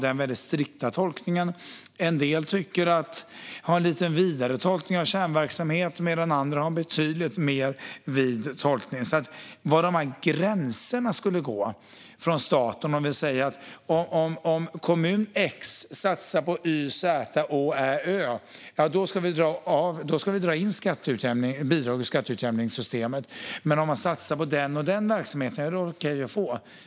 En del gör en lite vidare tolkning, medan andra gör en betydligt vidare tolkning. Var skulle gränserna gå från staten? Ska vi säga att om kommun x satsar på y, z, å, ä och ö ska vi dra in bidrag ur skatteutjämningssystemet, men om man satsar på den och den verksamheten är det okej att få bidrag?